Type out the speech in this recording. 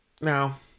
Now